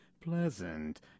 pleasant